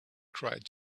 cried